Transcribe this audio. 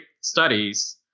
studies